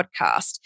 podcast